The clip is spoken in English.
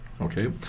Okay